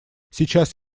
сейчас